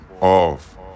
off